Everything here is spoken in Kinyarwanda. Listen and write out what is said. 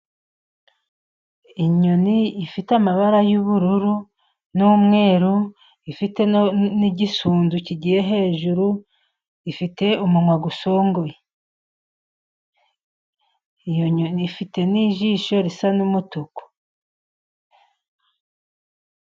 Inyoni ifite amabara y'ubururu n'umweru, ifite n'igisunzu kigiye hejuru, ifite umunwa usongoye. Iyo nyoni ifite n'ijisho risa n'umutuku.